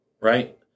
right